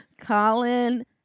Colin